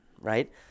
Right